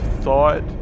thought